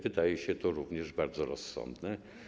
Wydaje się to również bardzo rozsądne.